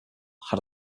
had